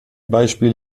beispiel